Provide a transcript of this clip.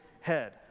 head